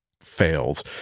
fails